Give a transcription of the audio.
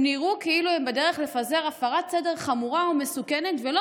הם נראו כאילו הם בדרך לפזר הפרת סדר חמורה ומסוכנת ולא